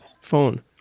phone